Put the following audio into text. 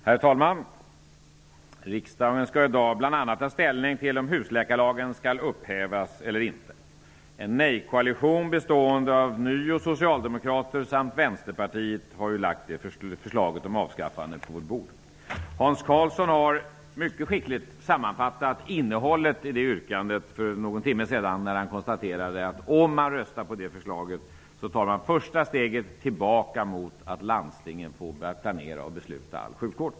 Herr talman! Riksdagen skall i dag bl.a. ta ställning till om husläkarlagen skall upphävas eller inte. En nej-koalition bestående av ny och socialdemokrater samt vänsterpartister har lagt förslaget om ett avskaffande på vårt bord. Hans Karlsson sammanfattade mycket skickligt innehållet i det yrkandet för någon timme sedan när han konstaterade att om man rösta för det förslaget tar man första steget tillbaka mot att landstingen åter får planera och besluta om all sjukvård.